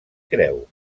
creu